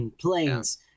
planes